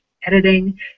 editing